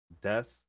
death